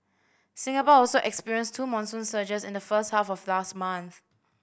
Singapore also experienced two monsoon surges in the first half of last month